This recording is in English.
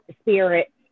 spirit